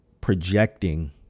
projecting